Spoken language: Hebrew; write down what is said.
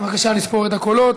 בבקשה לספור את הקולות.